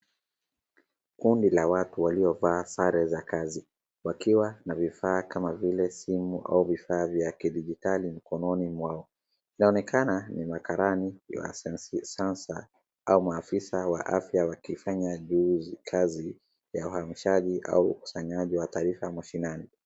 Kundi la watu waliovaa sare za kazi wakiwa na vifaa kama vile simu au vifaa vya kidijitali mkononi mwao. Inaonekana ni makarani wa census au maafisa wa afya wakifanya kazi ya uhamashaji au kusanyaji wa taarifa mashinani.